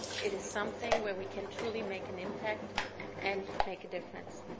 it is something where we can truly make an impact and make a difference.